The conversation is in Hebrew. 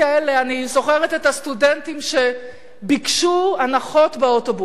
אני זוכרת את הסטודנטים שביקשו הנחות באוטובוסים,